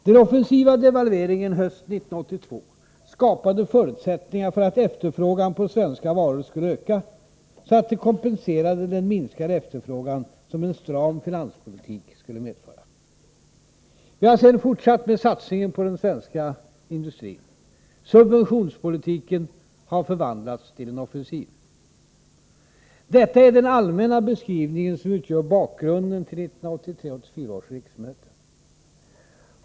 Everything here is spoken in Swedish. Den offensiva devalveringen hösten 1982 skapade förutsättningar för att efterfrågan på svenska varor skulle öka, så att det kompenserade den minskade efterfrågan som en stram finanspolitik skulle medföra. Vi har sedan dess fortsatt med satsningen på den svenska industrin. Subventionspolitiken har förvandlats till en offensiv politik. Detta är den allmänna beskrivning som utgör bakgrunden till 1983/84 års riksmöte.